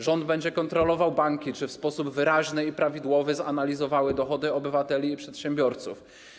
Rząd będzie kontrolował banki, czy w sposób wyraźny i prawidłowy zanalizowały dochody obywateli i przedsiębiorców.